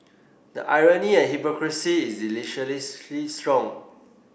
the irony and hypocrisy is deliciously strong